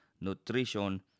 nutrition